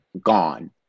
gone